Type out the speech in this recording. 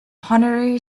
honorary